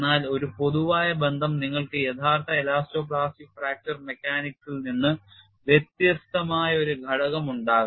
എന്നാൽ ഒരു പൊതുവായ ബന്ധം നിങ്ങൾക്ക് യഥാർത്ഥ എലാസ്റ്റോ പ്ലാസ്റ്റിക് ഫ്രാക്ചർ മെക്കാനിക്സിൽ നിന്ന് വ്യത്യസ്തമായ ഒരു ഘടകം ഉണ്ടാകാം